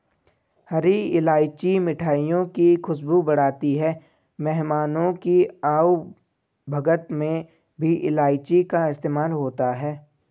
हरी इलायची मिठाइयों की खुशबू बढ़ाती है मेहमानों की आवभगत में भी इलायची का इस्तेमाल होता है